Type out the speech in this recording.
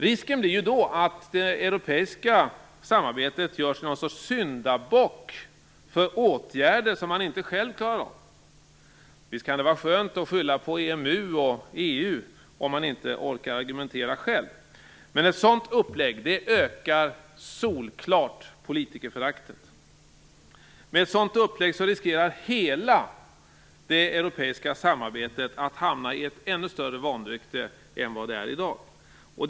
Risken blir då att det europeiska samarbetet görs till någon sorts syndabock för åtgärder som man inte själv klarar av. Visst kan det vara skönt att skylla på EMU och EU om man inte orkar argumentera själv. Men en sådan uppläggning ökar solklart politikerföraktet. Med en sådan uppläggning riskerar hela det europeiska samarbetet att hamna i ett ännu större vanrykte än vad det befinner sig i i dag.